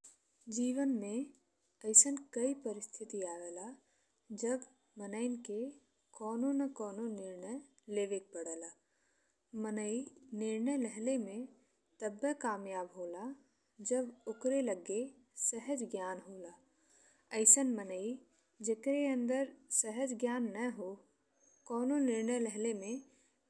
जीवन में अइसन कई परिस्थिति आवेला जब मनईन के कोनो न कोनो निर्णय लेवे के पड़ेला। मनई निर्णय लेले में तब्बे कामयाब होला जब ओकरा लगे सहज ज्ञान होला। अइसन मनई जेकरा अंदर सहज ज्ञान न हो कोनो निर्णय लेले में